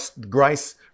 grace